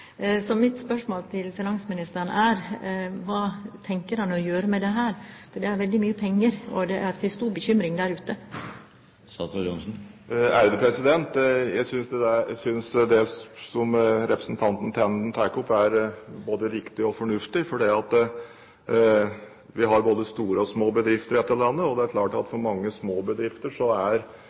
Så mitt spørsmål til finansministeren er: Hva tenker han å gjøre med dette? For det er veldig mye penger, og det er til stor bekymring der ute. Jeg synes det som representanten Tenden tar opp, er både riktig og fornuftig. Vi har både store og små bedrifter i dette landet, og det er klart at for mange små bedrifter er